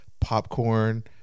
Popcorn